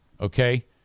Okay